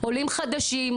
עולים חדשים,